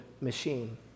machine